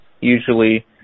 usually